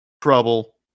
trouble